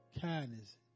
kindness